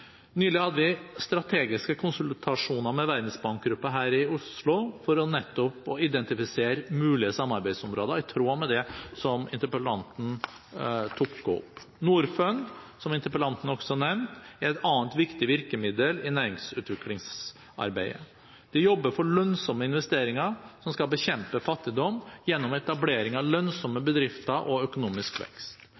Nylig hadde vi strategiske konsultasjoner med Verdensbankgruppen her i Oslo for nettopp å identifisere mulige samarbeidsområder, i tråd med det som interpellanten tok opp. Norfund, som interpellanten også nevnte, er et annet viktig virkemiddel i næringsutviklingsarbeidet. De jobber for lønnsomme investeringer som skal bekjempe fattigdom gjennom etablering av lønnsomme